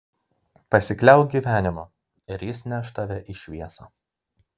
pasikliauk gyvenimu ir jis neš tave į šviesą